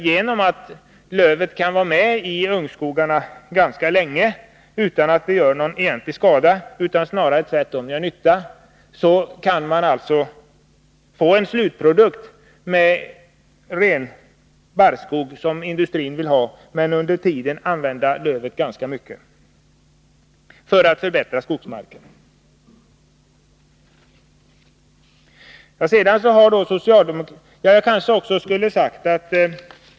Genom att lövträden ganska länge kan finnas kvar i ungskogarna utan att de gör någon egentlig skada — snarare gör de nytta — kan man alltså få en slutprodukt med ren barrskog som industrin vill ha, men man kan under tiden använda lövträden ganska mycket för att förbättra skogsmarken.